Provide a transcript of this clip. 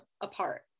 apart